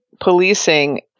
policing